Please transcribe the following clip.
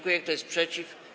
Kto jest przeciw?